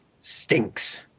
Stinks